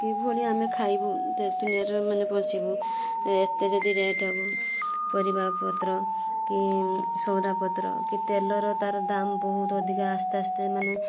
କିଭଳି ଆମେ ଖାଇବୁ ଦୁନିଆରେ ମାନେ ବଞ୍ଚିବୁ ଏତେ ଯଦି ରେଟ୍ ହବ ପରିବା ପତ୍ର କି ସଉଦା ପତ୍ର କି ତେଲର ତାର ଦାମ ବହୁତ ଅଧିକା ଆସ୍ତେ ଆସ୍ତେ ମାନେ